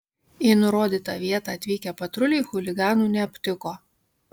į nurodytą vietą atvykę patruliai chuliganų neaptiko